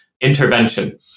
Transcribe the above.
intervention